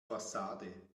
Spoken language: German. fassade